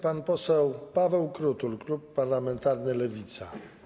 Pan poseł Paweł Krutul, klub parlamentarny Lewica.